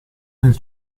nel